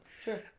Sure